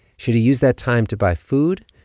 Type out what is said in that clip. should he use that time to buy food,